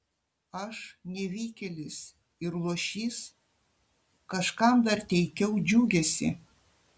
aš nevykėlis ir luošys kažkam dar teikiau džiugesį